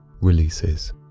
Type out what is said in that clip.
releases